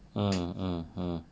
mm mm mm